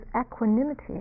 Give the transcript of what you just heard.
equanimity